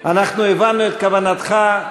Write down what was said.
אנחנו הבנו את כוונתך.